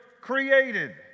created